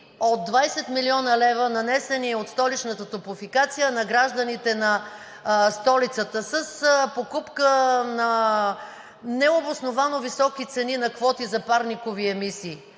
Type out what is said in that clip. от 20 млн. лв., нанесени от столичната „Топлофикация“ на гражданите на столицата с покупка на необосновано високи цени на квоти за парникови емисии.